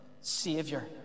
Savior